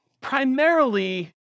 primarily